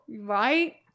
right